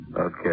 Okay